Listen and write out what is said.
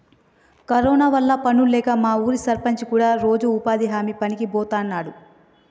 corona వల్ల పనుల్లేక మా ఊరి సర్పంచ్ కూడా రోజూ ఉపాధి హామీ పనికి బోతన్నాడు